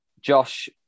Josh